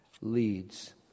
leads